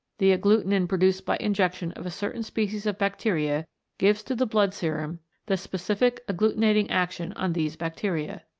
the agglutinin produced by injection of a certain species of bacteria gives to the blood serum the specific agglutinating action on these bacteria.